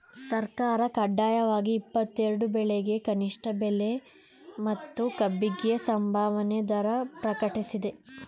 ಸರ್ಕಾರ ಕಡ್ಡಾಯವಾಗಿ ಇಪ್ಪತ್ತೆರೆಡು ಬೆಳೆಗೆ ಕನಿಷ್ಠ ಬೆಲೆ ಮತ್ತು ಕಬ್ಬಿಗೆ ಸಂಭಾವನೆ ದರ ಪ್ರಕಟಿಸ್ತದೆ